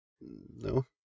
No